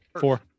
Four